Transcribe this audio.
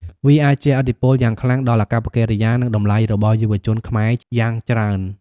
វាអាចជះឥទ្ធិពលយ៉ាងខ្លាំងដល់អាកប្បកិរិយា និងតម្លៃរបស់យុវជនខ្មែរយ៉ាងច្រើន។